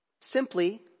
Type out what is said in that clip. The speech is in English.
Simply